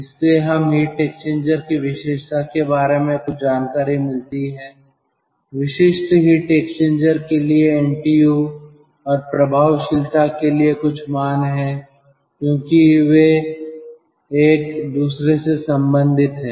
इससे हम heat exchanger की विशेषता के बारे में कुछ जानकारी मिलती हैं विशिष्ट हीट एक्सचेंजर के लिए एनटीयू और प्रभावशीलता के लिए कुछ मान हैं क्योंकि वे एक दूसरे से संबंधित हैं